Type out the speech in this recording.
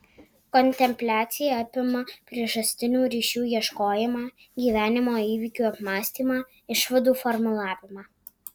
kontempliacija apima priežastinių ryšių ieškojimą gyvenimo įvykių apmąstymą išvadų formulavimą